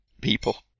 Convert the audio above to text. people